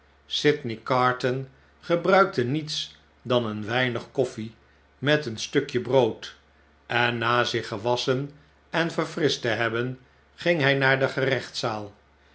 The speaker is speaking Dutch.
sydney carton gebruikte niets dan een weinig koffie met een stukje brood en na zich gewasschen en verfrischt te hebben ging hjj naar de